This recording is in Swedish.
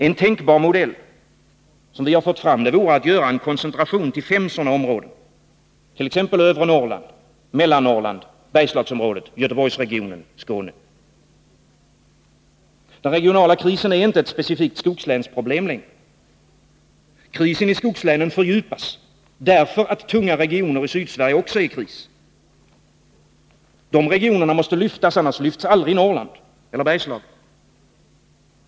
En tänkbar modell, som vi har fått fram, vore att åstadkomma en koncentration till fem områden — t.ex. övre Norrland, Mellannorrland, Bergslagsområdet, Göteborgsregionen och Skåne. Den regionala krisen är inte längre ett specifikt skogslänsproblem. Krisen i skogslänen fördjupas, därför att tunga regioner i Sydsverige också är i kris. Dessa regioner måste lyftas, annars lyfts aldrig Norrland och Bergslagen.